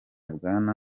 bwana